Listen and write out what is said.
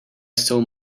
stole